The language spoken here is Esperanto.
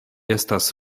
estas